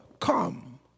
come